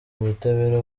ubutabera